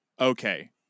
Okay